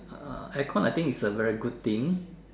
uh aircon I think is a very good thing